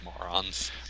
morons